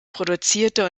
produzierte